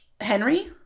henry